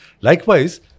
Likewise